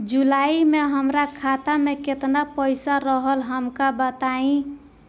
जुलाई में हमरा खाता में केतना पईसा रहल हमका बताई?